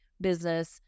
business